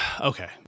okay